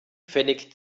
pfennig